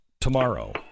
tomorrow